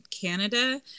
Canada